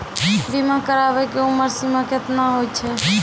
बीमा कराबै के उमर सीमा केतना होय छै?